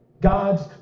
God's